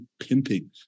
pimping